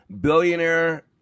Billionaire